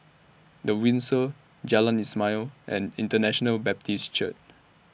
The Windsor Jalan Ismail and International Baptist Church